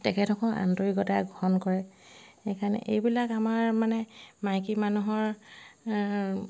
তেখেতসকলে আন্তৰিকতাৰে গ্ৰহণ কৰে সেইকাৰণে এইবিলাক আমাৰ মানে মাইকী মানুহৰ